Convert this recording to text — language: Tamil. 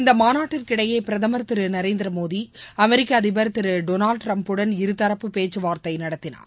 இந்த மாநாட்டுக்கு இடையே பிரதமர் திரு நரேந்திர மோடி அமெரிக்க அதிபர் திரு டொளால்ட் டரம்ப்புடன் இருதரப்பு பேச்சுவார்த்தை நடத்தினார்